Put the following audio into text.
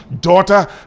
daughter